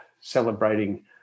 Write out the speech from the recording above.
celebrating